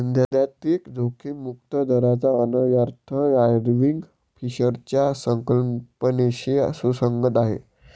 सैद्धांतिक जोखीम मुक्त दराचा अन्वयार्थ आयर्विंग फिशरच्या संकल्पनेशी सुसंगत आहे